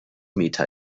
meta